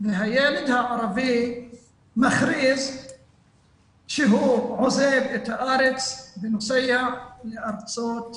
והילד הערבי מכריז שהוא עוזב את הארץ ונוסע לארצות ערב.